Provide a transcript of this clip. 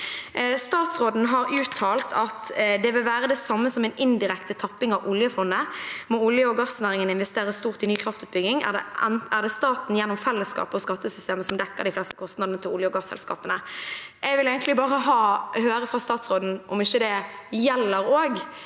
Statsråden har uttalt: «Det vil være det samme som en indirekte tapping av oljefondet. Må olje- og gassindustrien investere stort i ny kraftutbygging, er det staten gjennom fellesskapet og skattesystemet som dekker de fleste av kostnadene til olje- og gasselskapene.» Jeg vil egentlig bare høre fra statsråden om ikke det også gjelder